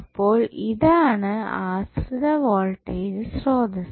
അപ്പോൾ ഇതാണ് ആശ്രിത വോൾട്ടേജ് സ്രോതസ്സ്